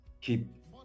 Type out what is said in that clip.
keep